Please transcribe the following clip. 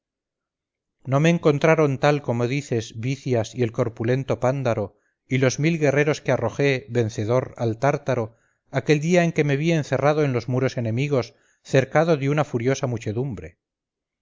no me encontraron tal como dices bicias y el corpulento pándaro y los mil guerreros que arrojé vencedor al tártaro aquel día en que me vi encerrado en los muros enemigos cercado de una furiosa muchedumbre